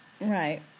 Right